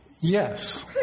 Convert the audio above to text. yes